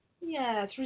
Yes